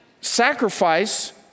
sacrifice